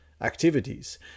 activities